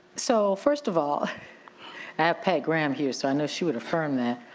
so first of all, i have pei graham here so i know she would affirm that,